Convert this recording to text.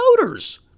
voters